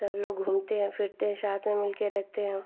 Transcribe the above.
सबलोग घूमते हैं फिरते हैं साथ में मिलकर रहते हैं